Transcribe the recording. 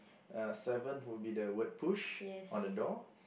uh seventh will be the word push on the door